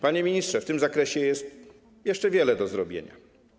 Panie ministrze, w tym zakresie jest jeszcze wiele do zrobienia.